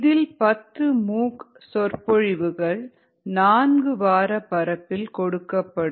இதில் 10 மூக் சொற்பொழிவுகள் நான்கு வார பரப்பில் கொடுக்கப்படும்